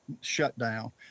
shutdown